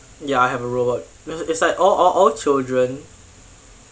ya have a robot it it's like all all all children